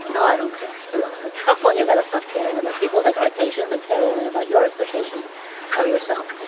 i don't care. look, at some point, you got to stop caring about people's expectations and care only about your expectations of yourself.